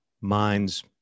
minds